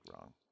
wrong